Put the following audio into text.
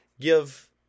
give